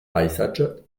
paisatge